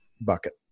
bucket